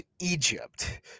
Egypt